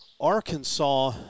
Arkansas